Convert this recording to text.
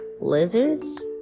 lizards